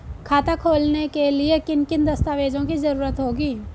खाता खोलने के लिए किन किन दस्तावेजों की जरूरत होगी?